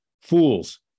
fools